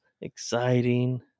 exciting